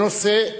בנושא: